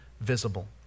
visible